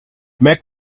make